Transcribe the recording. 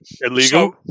Illegal